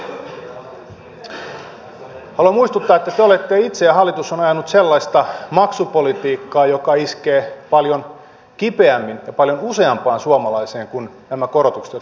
valtiovarainministeri stubb haluan muistuttaa että te olette itse ajaneet hallitus on ajanut sellaista maksupolitiikkaa joka iskee paljon kipeämmin ja paljon useampaan suomalaiseen kuin nämä korotukset jotka nyt on nähty